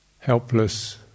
Helpless